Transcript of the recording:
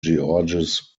georges